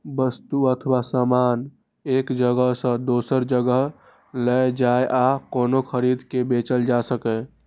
वस्तु अथवा सामान एक जगह सं दोसर जगह लए जाए आ कोनो खरीदार के बेचल जा सकै